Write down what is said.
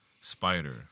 Spider